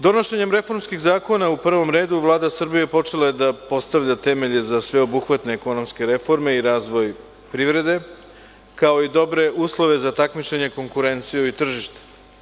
Donošenjem reformskih zakona u prvom redu Vlada Srbije počela je da postavlja temelje za sveobuhvatne ekonomske reforme i razvoj privrede, kao i dobre uslove za takmičenje, konkurenciju i tržište.